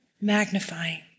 magnifying